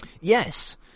Yes